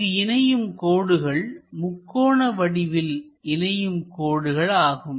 இங்கு இணையும் கோடுகள் முக்கோண வடிவில் இணைக்கும் கோடுகள் ஆகும்